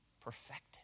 perfected